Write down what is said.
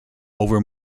over